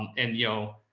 and, you know,